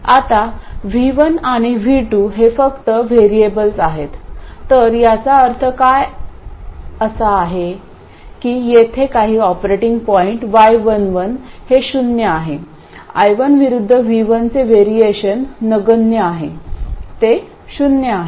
आता V1 आणि V2 हे फक्त व्हेरिएबल्स आहेततर याचा अर्थ काय असा आहे की येथे काही ऑपरेटिंग पॉईंट y11 हे शून्य आहे I1 विरुद्ध V1 चे वरिएशन नगण्य आहे ते शून्य आहे